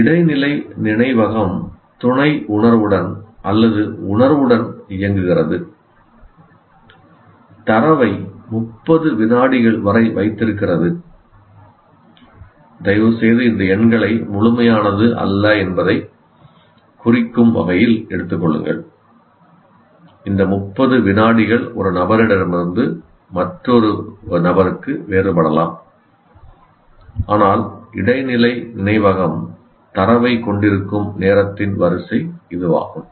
இடைநிலை நினைவகம் துணை உணர்வுடன் அல்லது உணர்வுடன் இயங்குகிறது தரவை 30 விநாடிகள் வரை வைத்திருக்கிறது தயவுசெய்து இந்த எண்களை முழுமையானது அல்ல என்பதைக் குறிக்கும் வகையில் எடுத்துக் கொள்ளுங்கள் இந்த 30 விநாடிகள் ஒரு நபரிடமிருந்து மற்றொன்றுக்கு வேறுபடலாம் ஆனால் இடைநிலை நினைவகம் தரவை கொண்டிருக்கும் நேரத்தின் வரிசை இதுவாகும்